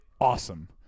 awesome